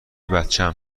بچم